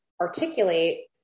articulate